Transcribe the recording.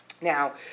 Now